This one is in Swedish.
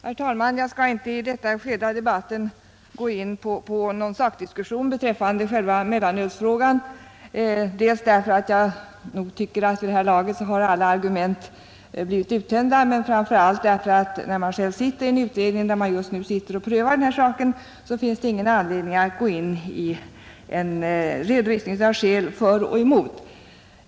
Herr talman! Jag skall inte i detta skede av debatten gå in på någon sakdiskussion beträffande själva mellanölsfrågan dels därför att jag anser att alla argument i det här läget har blivit uttömda, dels därför att, när jag själv sitter i en utredning där denna fråga just nu prövas, det inte finns någon anledning att gå in på en redovisning av skäl för och emot.